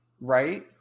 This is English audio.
right